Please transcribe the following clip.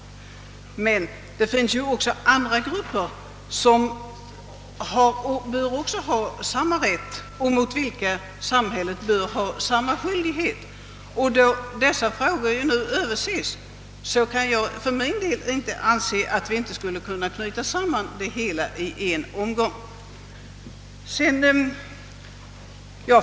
Men det finns ju också andra grupper som bör ha samma rätt och mot vilka samhället bör ha samma skyldighet. Då dessa frågor nu överses kan jag för min del inte förstå varför vi inte skulle kunna knyta samman det hela i en omgång.